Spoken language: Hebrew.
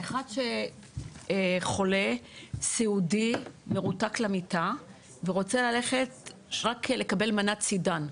אחד שחולה סיעודי מרותק למיטה ורוצה ללכת רק מנת סידן,